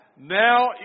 Now